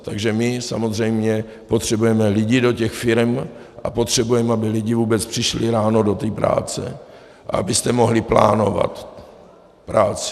Takže my samozřejmě potřebujeme lidi do těch firem a potřebujeme, aby lidi vůbec přišli ráno do práce, abyste mohli plánovat práci.